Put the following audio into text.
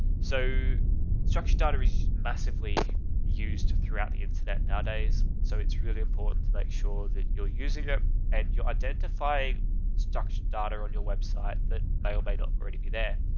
so structured data is massively used to throughout the internet nowadays. so it's really important to make sure that you're using it and you identify structured data on your website that may or may not already be there.